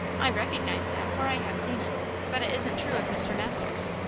i recognise that, for i have seen it but it isn't true of mr. masters.